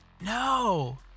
No